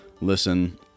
listen